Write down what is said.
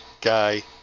guy